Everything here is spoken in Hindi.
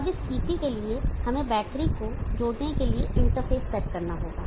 अब इस CT के लिए हमें बैटरी को जोड़ने के लिए इंटरफ़ेस सेट करना होगा